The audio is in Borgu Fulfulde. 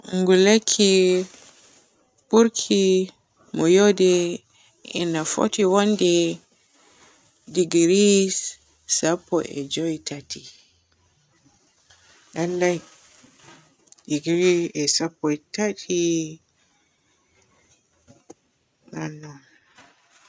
Ngulekki burki mo yode inna footi woonde digiris sappo e joowi tati. Lallay digiri e sappo e tati.